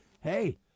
hey